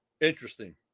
interesting